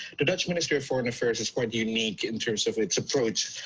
the dutch ministry of foreign affairs is quite unique in terms of its approach,